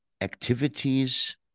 activities